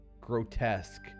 Grotesque